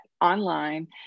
online